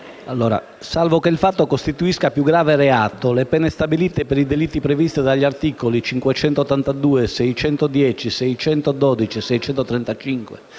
Salvo che il fatto costituisca più grave reato, le pene stabilite per i delitti previsti dagli articoli 582, 610, 612 e 635